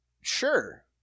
sure